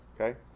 Okay